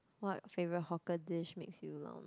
what favorite hawker dish makes you lao nua